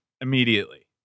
immediately